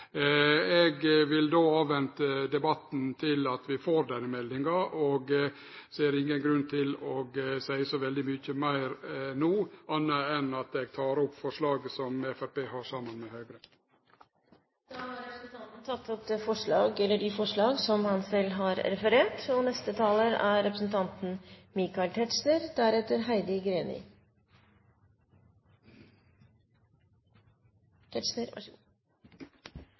Eg vil avvente debatten til vi får meldinga, og ser ingen grunn til å seie så veldig mykje meir no, anna enn at eg tek opp forslaga som Framstegspartiet har saman med Høgre. Representanten Åge Starheim har tatt opp de forslag han refererte til. Det er riktig, som påpekt av tidligere talere, at vi har